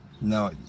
No